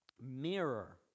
mirror